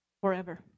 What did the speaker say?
forever